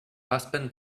husband